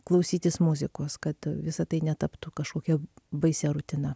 klausytis muzikos kad visa tai netaptų kažkokia baisia rutina